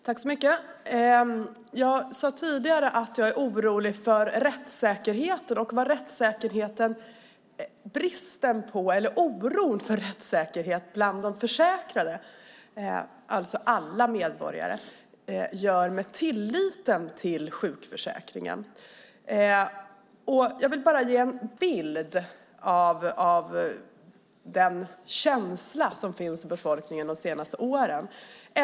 Fru talman! Jag sade tidigare att jag är orolig för rättssäkerheten och vad upplevelsen av brist på rättssäkerhet gör med tilliten till sjukförsäkringen hos de försäkrade, alltså alla medborgare. Jag vill bara ge en bild av den känsla som finns i befolkningen de senaste åren.